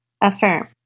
Affirm